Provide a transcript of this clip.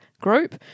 group